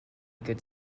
good